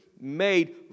made